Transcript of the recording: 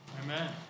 Amen